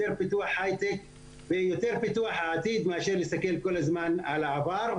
יותר פיתוח הייטק ויותר פיתוח העתיד מאשר להסתכל כל הזמן על העבר,